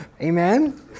Amen